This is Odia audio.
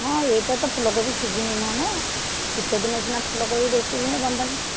ହଁ ଏଇଟା ତ ଫୁଲକୋବି ସିଜିନ ନୁହଁ ନା ଶୀତଦିନେ ସିନା ଫୁଲକୋବି ବେଶୀ ହୁଏ ବନ୍ଧା